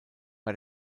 bei